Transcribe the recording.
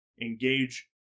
engage